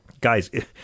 Guys